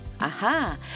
Aha